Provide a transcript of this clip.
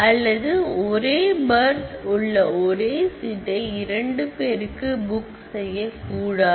அல்லது ஒரே பர்த் உள்ள ஒரே சீட்டை இரண்டு பேருக்கு புக் செய்யக்கூடாது